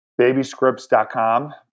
babyscripts.com